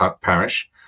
parish